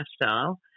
lifestyle